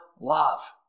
love